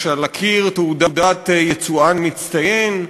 יש על הקיר תעודת יצואן מצטיין,